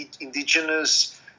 indigenous